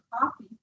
coffee